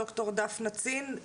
ד"ר דפנה צין,